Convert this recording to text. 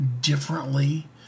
differently